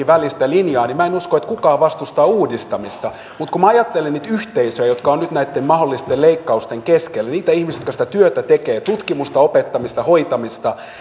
välistä linjaa niin minä en usko että kukaan vastustaa uudistamista mutta kun minä ajattelen niitä yhteisöjä jotka ovat nyt näitten mahdollisten leikkausten keskellä niitä ihmisiä jotka sitä työtä tekevät tutkimusta opettamista hoitamista